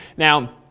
now,